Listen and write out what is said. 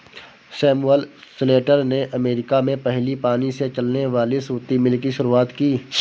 Samuel Slater ने America में पहली पानी से चलने वाली सूती मिल की शुरुआत की